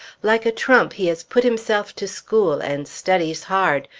like a trump he has put himself to school, and studies hard,